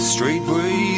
Straightway